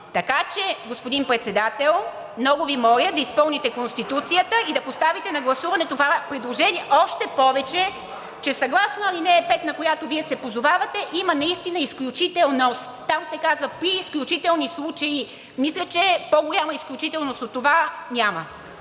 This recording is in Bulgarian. Така че, господин Председател, много Ви моля да изпълните Конституцията и да поставите на гласуване това предложение. Още повече че съгласно ал. 5, на която Вие се позовавате, има наистина изключителност. Там се казва: „При изключителни случаи…“ Мисля, че по-голяма изключителност от това няма.